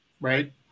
right